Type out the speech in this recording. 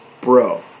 bro